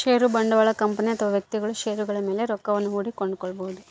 ಷೇರು ಬಂಡವಾಳಯು ಕಂಪನಿ ಅಥವಾ ವ್ಯಕ್ತಿಗಳು ಷೇರುಗಳ ಮೇಲೆ ರೊಕ್ಕವನ್ನು ಹೂಡಿ ಕೊಂಡುಕೊಳ್ಳಬೊದು